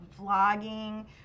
vlogging